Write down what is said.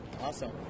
Awesome